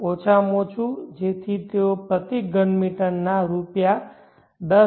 ઓછામાં ઓછું જેથી તેઓ પ્રતિ ઘન મીટર ના રૂ 10